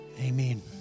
Amen